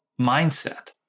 mindset